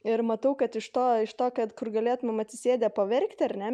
ir matau kad iš to iš to kad kur galėtumėm atsisėdę paverkti ar ne